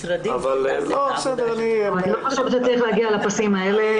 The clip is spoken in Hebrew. לא צריך להגיע לפסים האלה.